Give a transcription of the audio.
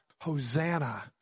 Hosanna